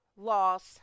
loss